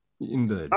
Indeed